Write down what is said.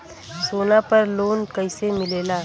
सोना पर loan कइसे मिलेला?